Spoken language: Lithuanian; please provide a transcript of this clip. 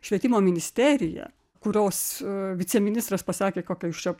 švietimo ministerija kurios viceministras pasakė kokią jūs čia